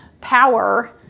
power